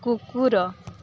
କୁକୁର